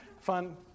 fun